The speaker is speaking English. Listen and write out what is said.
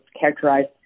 characterized